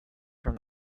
from